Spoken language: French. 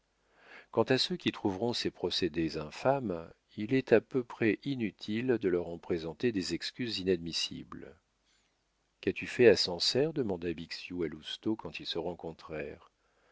quant à ceux qui trouveront ces procédés infâmes il est à peu près inutile de leur en présenter des excuses inadmissibles qu'as-tu fait à sancerre demanda bixiou à lousteau quand ils se